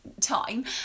time